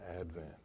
advent